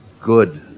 good